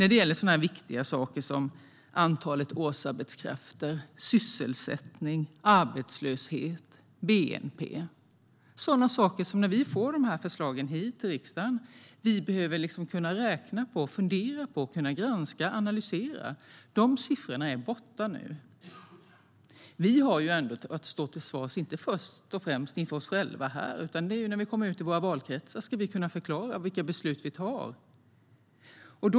Det gäller viktiga saker som antalet årsarbetskrafter, sysselsättning, arbetslöshet och bnp. När vi får de förslagen hit till riksdagen behöver vi kunna räkna på, fundera på, granska och analysera dem. De siffrorna är borta nu. Vi har att stå till svars - inte först och främst inför oss själva här, men när vi kommer ut i valkretsar ska vi kunna förklara vilka beslut vi fattar.